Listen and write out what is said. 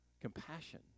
compassion